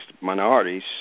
minorities